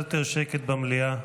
קצת יותר שקט במליאה.